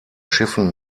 schiffen